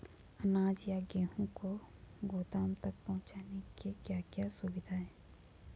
अनाज या गेहूँ को गोदाम तक पहुंचाने की क्या क्या सुविधा है?